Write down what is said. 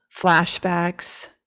flashbacks